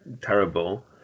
terrible